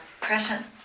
present